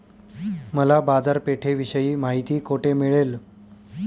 मला बाजारपेठेविषयी माहिती कोठे मिळेल?